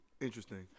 interesting